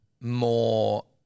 more